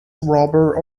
rubber